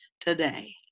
today